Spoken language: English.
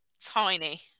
tiny